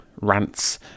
rants